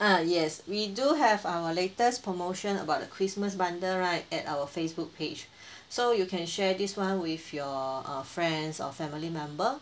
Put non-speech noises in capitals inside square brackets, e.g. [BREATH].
uh yes we do have our latest promotion about the christmas bundle right at our Facebook page [BREATH] so you can share this [one] with your uh friends or family member